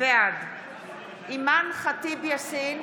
בעד אימאן ח'טיב יאסין,